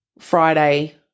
Friday